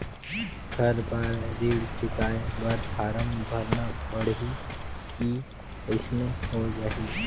हर बार ऋण चुकाय बर फारम भरना पड़ही की अइसने हो जहीं?